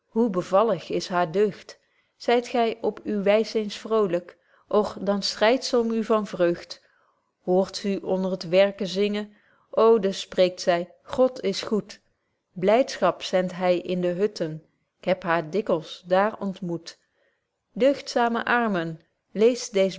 hoe bevallig is haar deugd zyt gy op uw wys eens vrolyk och dan schreit z om u van vreugd hoort z u onder t werken zingen hare kinders school bestelt haar kinderen naar school stuurt betje wolff proeve over de opvoeding ô dus spreekt zy god is goed blydschap zend hy in de hutten k heb haar dikwyls daar ontmoet deugdzame armen leest